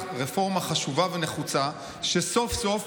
ירוויחו רפורמה חשובה ונחוצה שסוף-סוף,